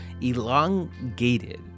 elongated